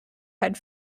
had